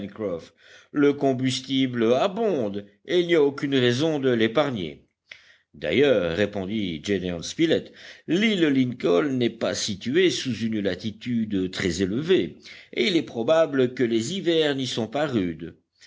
le combustible abonde et il n'y a aucune raison de l'épargner d'ailleurs répondit gédéon spilett l'île lincoln n'est pas située sous une latitude très élevée et il est probable que les hivers n'y sont pas rudes